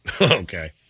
Okay